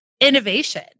innovation